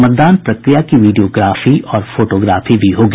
मतदान प्रक्रिया की वीडियोग्राफी और फोटोग्राफी भी होगी